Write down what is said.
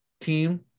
team